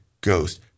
Ghost